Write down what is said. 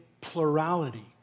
plurality